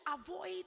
avoid